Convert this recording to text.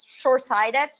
short-sighted